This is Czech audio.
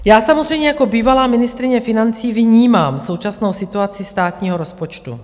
Já samozřejmě jako bývalá ministryně financí vnímám současnou situaci státního rozpočtu.